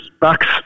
bucks